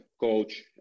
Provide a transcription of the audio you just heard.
coach